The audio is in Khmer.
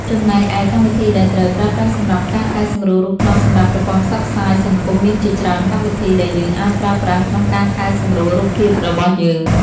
ចំណែកឯ កម្មវិធីដែលត្រូវប្រើប្រាស់សម្រាប់ការកែសម្រួលរូបថតសម្រាប់ប្រព័ន្ធផ្សព្វផ្សាយសង្គមមានជាច្រើនកម្មវិធី ដែលយើងអាចប្រើប្រាស់ក្នុងការកែសម្រួលរូបភាពរបស់យើង។